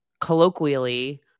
colloquially